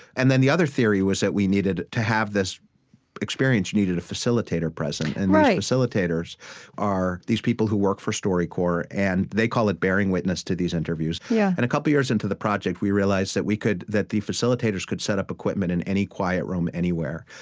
and then the other theory was that we needed to have this experience you needed a facilitator present. and these like facilitators are these people who work for storycorps, and they call it bearing witness to these interviews yeah and a couple years into the project, we realized that we could that the facilitators could set up equipment in any quiet room anywhere,